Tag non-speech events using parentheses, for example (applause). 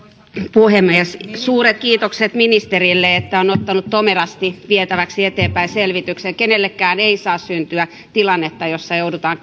puhemies suuret kiitokset ministerille että on ottanut tomerasti vietäväksi eteenpäin selvityksen kenellekään ei saa syntyä tilannetta jossa joudutaan (unintelligible)